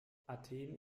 athen